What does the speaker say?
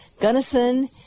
Gunnison